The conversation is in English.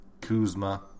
Kuzma